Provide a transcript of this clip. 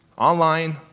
online